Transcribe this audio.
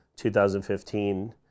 2015